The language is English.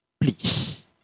Please